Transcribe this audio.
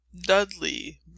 dudley